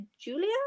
Julia